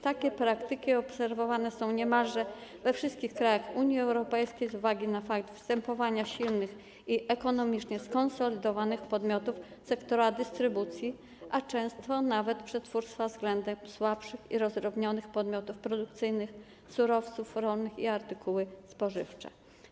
Takie praktyki obserwowane są niemalże we wszystkich krajach Unii Europejskiej z uwagi na fakt występowania silnych i ekonomicznie skonsolidowanych podmiotów sektora dystrybucji, a często nawet przetwórstwa, względem słabszych i rozdrobnionych podmiotów produkujących surowce rolne i artykuły spożywcze.